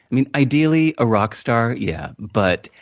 i mean, ideally, a rock star, yeah. but,